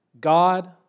God